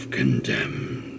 condemned